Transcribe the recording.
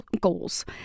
goals